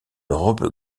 robe